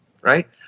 right